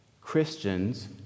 Christians